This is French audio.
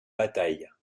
bataille